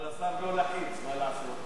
אבל השר לא לחיץ, מה לעשות.